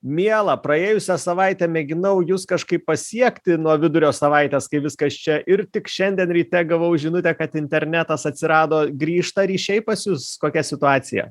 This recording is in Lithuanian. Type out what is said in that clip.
miela praėjusią savaitę mėginau jus kažkaip pasiekti nuo vidurio savaitės kai viskas čia ir tik šiandien ryte gavau žinutę kad internetas atsirado grįžta ryšiai pas jus kokia situacija